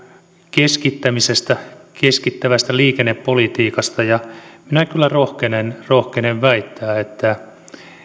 keskittämisestä keskittävästä liikennepolitiikasta ja minä kyllä rohkenen rohkenen väittää että